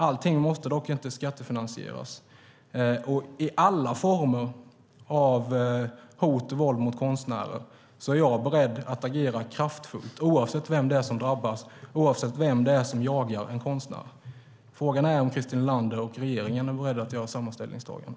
Allt måste dock inte skattefinansieras. Vid alla former av hot och våld mot konstnärer är jag beredd att agera kraftfullt oavsett vem som drabbas och vem som jagar. Frågan är om Christer Nylander och regeringen är beredda att göra samma ställningstagande.